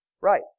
Right